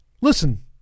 Listen